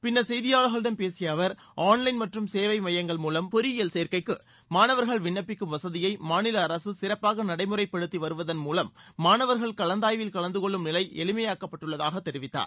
பின்னா் செய்தியாளா்களிடம் பேசிய அவா் ஆன் லைன் மற்றும் சேவை மையங்கள் மூலம் பொறியியல் சேர்க்கைக்கு மாணவர்கள் விண்ணப்பிக்கும் வசதியை மாநில அரசு சிறப்பாக நடைமுறைப்படுத்தி வருவதன் மூலம் மாணவர்கள் கலந்தாய்வில் கலந்தகொள்ளும் நிலை எளிமையாக்கப்பட்டுள்ளதாக தெரிவித்தார்